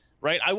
right